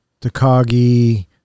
Takagi